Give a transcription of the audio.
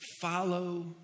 follow